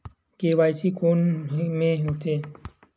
KYC कोन में होथे?